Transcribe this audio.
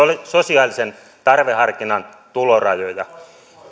sosiaalisen tarveharkinnan tulorajoja